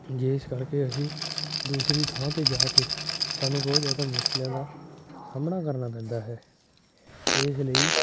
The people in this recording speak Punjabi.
ਜਿਸ ਕਰਕੇ ਅਸੀਂ ਦੂਸਰੀ ਥਾਂ 'ਤੇ ਜਾ ਕੇ ਸਾਨੂੰ ਬਹੁਤ ਜ਼ਿਆਦਾ ਮੁਸ਼ਕਿਲਾਂ ਦਾ ਸਾਹਮਣਾ ਕਰਨਾ ਪੈਂਦਾ ਹੈ ਇਸ ਲਈ